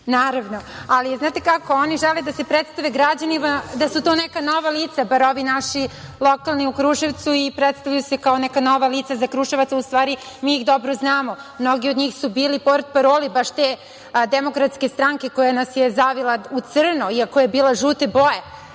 ali znate kako, oni žele da se predstave građanima da su to neka nova lica, bar ovi naši lokalni u Kruševcu. Predstavljaju se kao neka nova lica za Kruševac, a u stvari mi ih dobro znamo. Mnogi od njih su bili portparoli baš te Demokratske stranke koja nas je zavila u crno iako je bila žute boje.